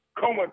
coma